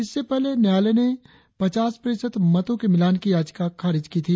इससे पहले न्यायालय ने पचास प्रतिशत मतों के मिलान की याचिका खारिज की थी